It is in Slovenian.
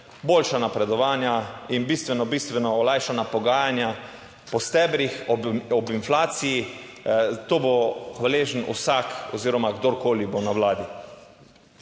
boljša napredovanja in bistveno, bistveno olajšana pogajanja po stebrih ob inflaciji. To bo hvaležen vsak oziroma kdorkoli bo na vladi.